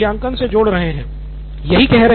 आप इसे मूल्यांकन से जोड़ रहे हैं